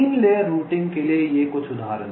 3 layer routing के लिए ये कुछ उदाहरण हैं